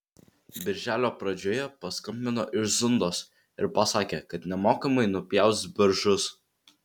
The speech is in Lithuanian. birželio pradžioje paskambino iš zundos ir pasakė kad nemokamai nupjaus beržus